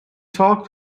talked